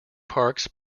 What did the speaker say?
parks